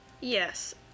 Yes